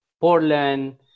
Portland